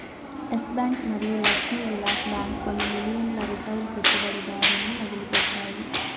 yes bank మరియు Lakshmi Vilas bank కొన్ని మిలియన్ల రిటైల్ పెట్టుబడిదారులను వదిలిపెట్టాయి